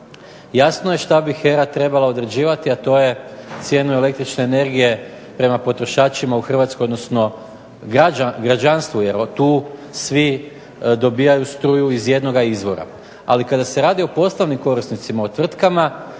jasno je šta bi HERA trebala određivati, a to je cijenu električne energije prema potrošačima u Hrvatskoj odnosno građanstvu jer tu svi dobivaju struju iz jednoga izvora. Ali kada se radi o poslovnim korisnicima, o tvrtkama